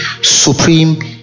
supreme